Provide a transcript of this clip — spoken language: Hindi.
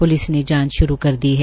पुलिस ने जांच शुरू कर दी है